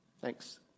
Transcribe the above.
Thanks